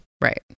Right